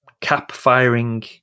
cap-firing